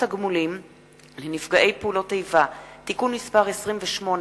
התגמולים לנפגעי פעולות איבה (תיקון מס' 28),